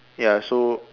ya so